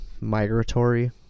migratory